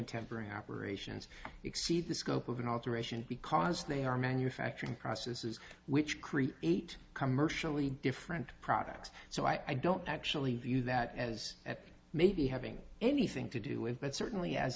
and tempering operations exceeds the scope of an alteration because they are manufacturing processes which create eight commercially different products so i don't actually view that as at maybe having anything to do with but certainly has